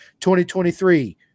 2023